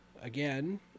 again